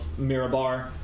Mirabar